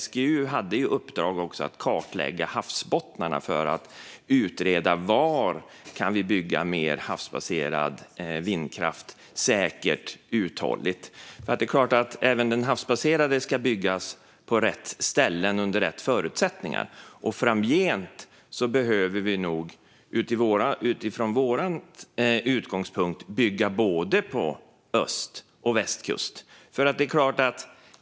SGU hade ju också i uppdrag att kartlägga havsbottnarna för att utreda var vi kan bygga mer havsbaserad vindkraft säkert och uthålligt. Det är klart att även den havsbaserade vindkraften ska byggas på rätt ställen och under rätt förutsättningar. Framgent behöver vi, från vår utgångspunkt sett, bygga på både öst och västkust.